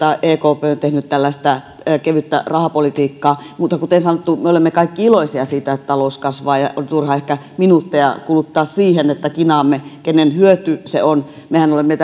ekp on tehnyt tällaista kevyttä rahapolitiikkaa mutta kuten sanottu me olemme kaikki iloisia siitä että talous kasvaa ja on turha ehkä minuutteja kuluttaa siihen että kinaamme siitä kenen hyöty se on mehän olemme